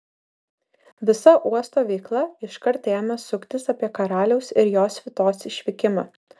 visa uosto veikla iškart ėmė suktis apie karaliaus ir jo svitos išvykimą